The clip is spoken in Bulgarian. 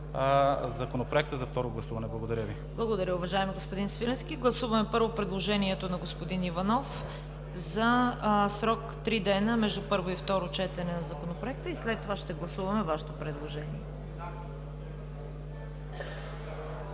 Законопроекта за второ гласуване. Благодаря Ви. ПРЕДСЕДАТЕЛ ЦВЕТА КАРАЯНЧЕВА: Благодаря, уважаеми господин Свиленски. Гласуваме първо предложението на господин Иванов за срок три дни между първо и второ четене на Законопроекта и след това ще гласуваме Вашето предложение.